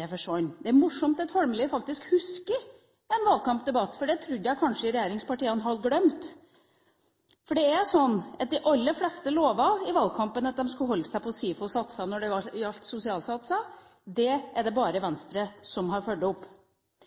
Det forsvant. Det er morsomt at Holmelid faktisk husker en valgkampdebatt, for det trodde jeg kanskje regjeringspartiene hadde glemt. For de aller fleste lovte i valgkampen at de skulle holde seg til SIFO-satser når det gjaldt sosialhjelp. Det er det bare